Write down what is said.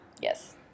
Yes